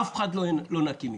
אף אחד לא נקי מכך.